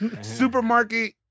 Supermarket